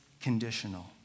conditional